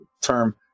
term